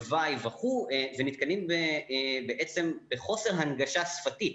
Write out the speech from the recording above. הוואי וכו' ונתקלים בעצם בחוסר הנגשה שפתית,